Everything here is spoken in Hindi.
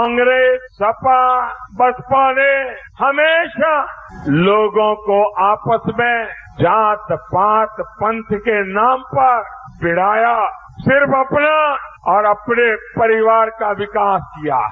कांग्रेस सवा बसपा ने हमेशा लोगों को आपस में जात पात पन्ध के नाम पर मिड़ाया सिर्फ अपना और अपने परिवार का विकास किया है